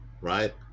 right